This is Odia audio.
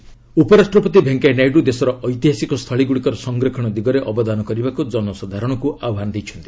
ଭିପି ପୁଣେ ଉପରାଷ୍ଟ୍ରପତି ଭେଙ୍କୟା ନାଇଡୁ ଦେଶର ଐତିହାସିକ ସ୍ଥଳୀଗୁଡ଼ିକର ସଂରକ୍ଷଣ ଦିଗରେ ଅବଦାନ କରିବାକୁ ଜନସାଧାରଣଙ୍କୁ ଆହ୍ୱାନ ଦେଇଛନ୍ତି